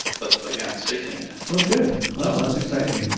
but but yeah, stay tuned. oh good, well that's exciting.